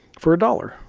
for a dollar.